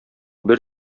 бер